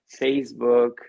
Facebook